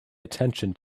attention